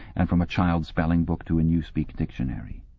and from a child's spelling-book to a newspeak dictionary.